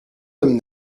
him